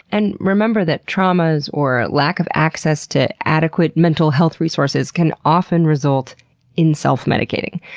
and remember that traumas or lack of access to adequate mental health resources can often result in self-medicating.